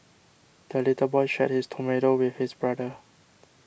the little boy shared his tomato with his brother